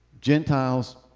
Gentiles